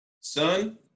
Son